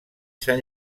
sant